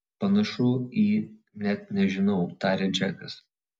panašu į net nežinau tarė džekas